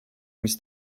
mis